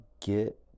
get